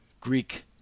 Greek